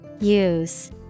Use